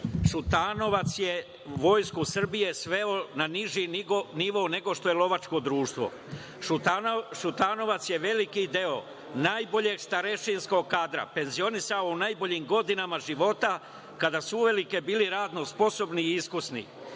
Šutanovac je Vojsku Srbije sveo na niži nivo nego što je lovačko društvo. Šutanovac je veliki deo najboljeg starešinskog kadra penzionisao u najboljim godinama života, kada su uveliko bili radno sposobni i iskusni.